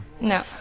No